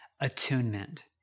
attunement